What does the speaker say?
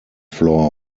flour